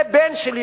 זה הבן שלי,